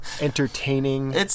entertaining